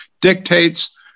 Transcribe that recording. dictates